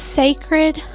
sacred